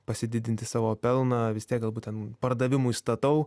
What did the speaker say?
pasididinti savo pelną vis tiek galbūt ten pardavimui statau